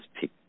pick